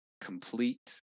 complete